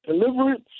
deliverance